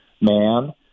man